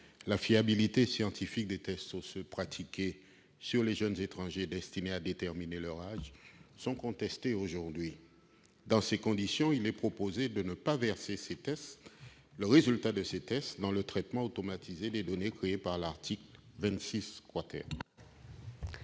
la fiabilité scientifique des tests osseux pratiqués sur les jeunes étrangers destinés à déterminer leur âge est aujourd'hui contestée. Dans ces conditions, il est proposé de ne pas verser le résultat de ces tests dans le traitement automatisé de données créé par l'article 26